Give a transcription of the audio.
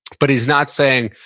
but he's not saying,